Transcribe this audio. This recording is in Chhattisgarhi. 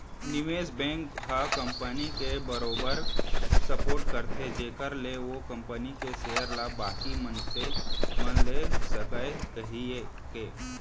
निवेस बेंक ह कंपनी के बरोबर सपोट करथे जेखर ले ओ कंपनी के सेयर ल बाकी मनसे मन ले सकय कहिके